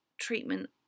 treatment